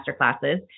masterclasses